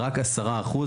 רק עשרה אחוז,